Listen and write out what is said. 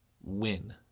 win